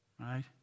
right